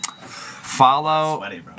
Follow